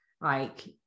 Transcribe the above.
like-